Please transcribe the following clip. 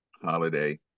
Holiday